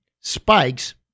spikes